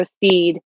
proceed